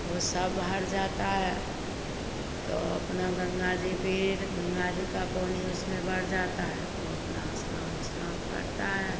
ओ सब भर जाता है तो अपना गंगा जी पर गंगा जी का पानी उसमें भर जाता है तो अपना स्नान उसलान करता है